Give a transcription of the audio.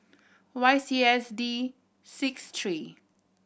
Y C S D six three